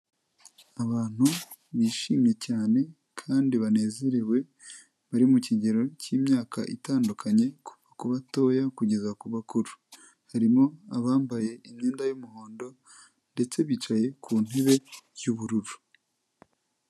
Abantu bishimye cyane kandi banezerewe, bari mu kigero cy'imyaka itandukanye, kuva ku batoya kugeza ku bakuru. Harimo abambaye imyenda y'umuhondo ndetse bicaye ku ntebe y'ubururu.